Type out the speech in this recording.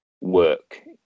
work